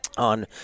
on